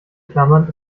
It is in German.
klammern